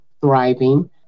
thriving